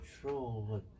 control